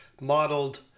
modeled